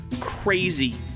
crazy